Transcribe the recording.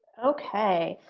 okay.